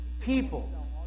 people